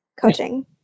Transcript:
coaching